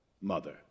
mother